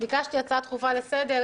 ביקשתי הצעה דחופה לסדר-היום.